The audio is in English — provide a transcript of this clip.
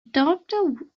doctor